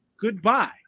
goodbye